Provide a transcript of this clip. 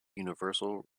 universal